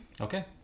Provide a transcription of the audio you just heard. Okay